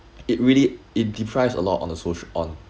it really it deprives a lot on the soc~ on